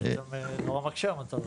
המצב הזה נורא מקשה.